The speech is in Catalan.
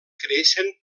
creixen